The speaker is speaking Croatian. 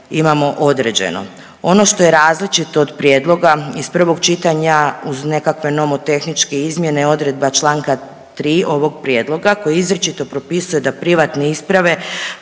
imamo određeno. Ono što je različito od prijedloga iz prvog čitanja uz nekakve nomotehničke izmjene odredba čl. 3. ovog prijedloga koji izričito propisuje da privatne isprave